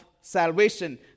salvation